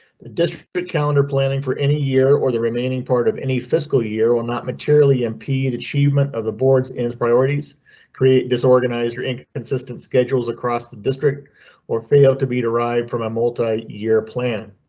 district but calendar planning for any year or the remaining part of any fiscal year will not materially impede achievement of the boards and priorities create disorganized or inconsistent schedules across the district or fail to be derived from a multi year plan.